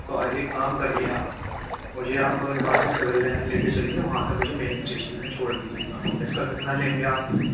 तो एक काम करिए आप मुझे आप यहाँ से सिविल लाइन लेके चलिए वहाँ से मुझे मेन स्टेशन में छोड़ दीजियेगा इसका कितना लेंगे आप